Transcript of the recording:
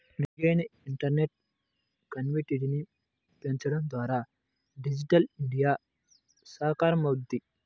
మెరుగైన ఇంటర్నెట్ కనెక్టివిటీని పెంచడం ద్వారా డిజిటల్ ఇండియా సాకారమవుద్ది